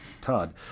Todd